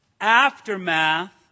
aftermath